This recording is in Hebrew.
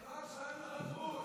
אין לך זכות,